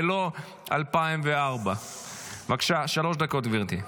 ולא 2004. בבקשה, שלוש דקות, גברתי.